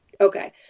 okay